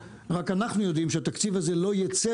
אבל אנחנו יודעים שהתקציב הזה לא ייצא